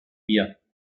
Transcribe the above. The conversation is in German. wir